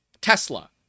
Tesla